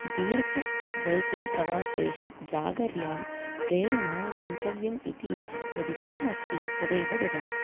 दीर्घ बैकिङ्ग् प्रवासेषु जागर्यां प्रेरणा गन्तव्यम् इति यद् इच्छा अस्ति तदेव ददाति